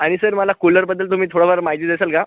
आणि सर मला कूलरबद्दल तुम्ही थोडंफार माहिती देसाल का